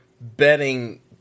betting